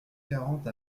quarante